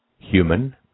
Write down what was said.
human